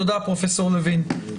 תודה, פרופ' לוין.